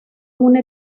una